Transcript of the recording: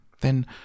Then